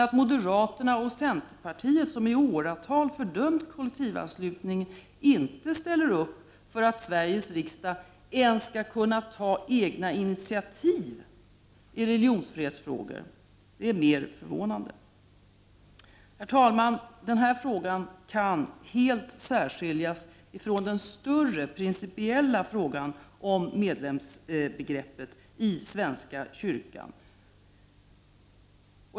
Att moderaterna och centerpartiet som i åratal har fördömt kollektivanslutningen däremot inte ställer upp för att Sveriges riksdag ens skall kunna ta egna initiativ i religionsfrihetsfrågor är mer förvånande. Herr talman! Den här frågan kan helt särskiljas ifrån den större principiella frågan om medlemsbegreppet i svenska kyrkan.